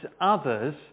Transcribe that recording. others